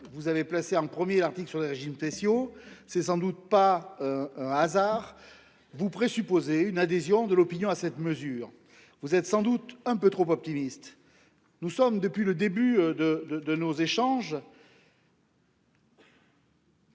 vous avez placé en premier l'article sur la gym spéciaux. C'est sans doute pas. Un hasard vous présupposé une adhésion de l'opinion à cette mesure. Vous êtes sans doute un peu trop optimiste. Nous sommes depuis le début de de de nos échanges.